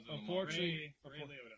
Unfortunately